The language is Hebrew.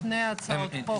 אבל לנו יש שתי הצעות חוק.